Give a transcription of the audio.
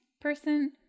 person